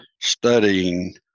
studying